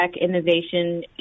innovation